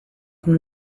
con